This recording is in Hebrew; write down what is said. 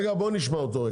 רגע בואו נשמע אותו,